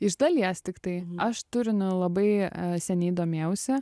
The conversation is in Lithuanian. iš dalies tiktai aš turiniu labai seniai domėjausi